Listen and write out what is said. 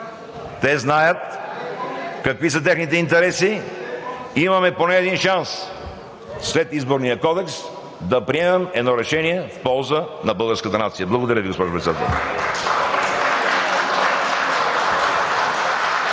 те знаят какви са техните интереси и имаме поне един шанс – след Изборния кодекс, да приемем едно решение в полза на българската нация. Благодаря Ви, госпожо Председател.